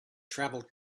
travelled